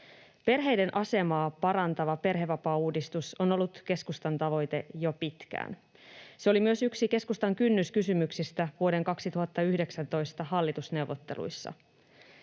Perheiden asemaa parantava perhevapaauudistus on ollut keskustan tavoite jo pitkään. Se oli myös yksi keskustan kynnyskysymyksistä vuoden 2019 hallitusneuvotteluissa.